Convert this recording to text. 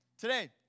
Today